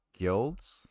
guilds